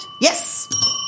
Yes